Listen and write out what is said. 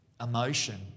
emotion